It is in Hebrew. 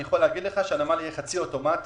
הנמל יהיה חצי אוטומטי,